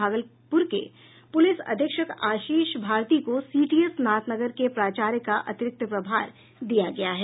भागलपुर के पुलिस अधीक्षक आशीष भारती को सीटीएस नाथनगर के प्राचार्य का अतिरिक्त प्रभार दिया गया है